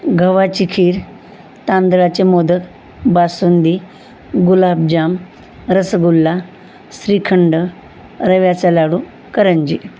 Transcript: गव्हाची खीर तांदळाचे मोदक बासुंदी गुलाबजाम रसगुल्ला श्रीखंड रव्याचा लाडू करंजी